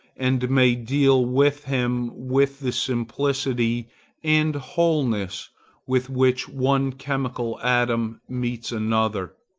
and may deal with him with the simplicity and wholeness with which one chemical atom meets another.